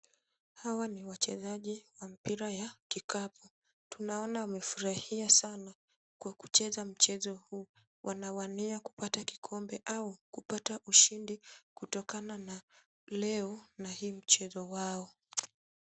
Hawa ni wachezaji wa mpira ya kikapu tunaona wamefurahia sana kwa kucheza mchezo huu. Wanawania kupata kikombe au kupata ushindi kutokana na leo na hii mchezo wao .